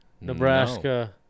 Nebraska